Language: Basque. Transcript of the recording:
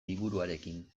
liburuarekin